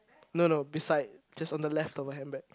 no no beside just on the left of her handbag